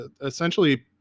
essentially